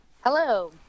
Hello